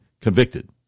convicted